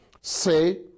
Say